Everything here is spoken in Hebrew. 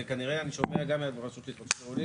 וכנראה אני שומע גם מהרשות להתחדשות עירונית.